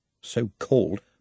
So-called